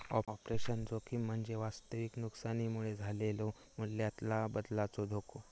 operational जोखीम म्हणजे वास्तविक नुकसानीमुळे झालेलो मूल्यातला बदलाचो धोको